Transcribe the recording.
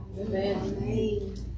Amen